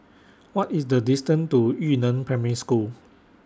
What IS The distance to Yu Neng Primary School